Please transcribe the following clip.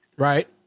Right